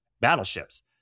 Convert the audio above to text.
battleships